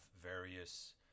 various